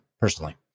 personally